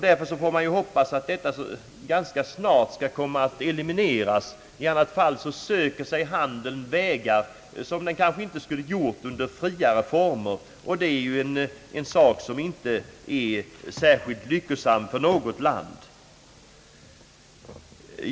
Därför får man hoppas att dessa barriärer snart kommer att elimineras. I annat fall söker sig handeln vägar, som den inte skulle ha gjort under tryggare förhållanden, och det är ju inte lyckosamt för något land.